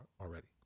already